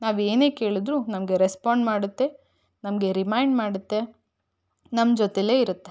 ನಾವು ಏನೇ ಕೇಳಿದ್ರು ನಮಗೆ ರೆಸ್ಪೊಂಡ್ ಮಾಡುತ್ತೆ ನಮಗೆ ರಿಮೈಂಡ್ ಮಾಡುತ್ತೆ ನಮ್ಮ ಜೊತೆಲ್ಲೇ ಇರತ್ತೆ